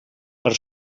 per